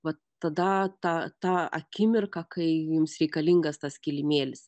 va tada tą tą akimirką kai jums reikalingas tas kilimėlis